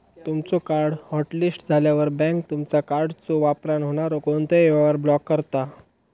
तुमचो card hotlist झाल्यावर, bank तुमचा कार्डच्यो वापरान होणारो कोणतोही व्यवहार ब्लॉक करता